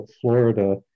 Florida